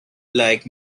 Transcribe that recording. like